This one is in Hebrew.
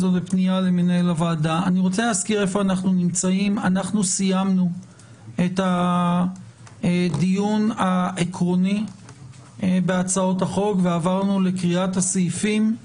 אנחנו סיימנו את הדיון העקרוני בהצעות החוק ועברנו לקריאת הסעיפים.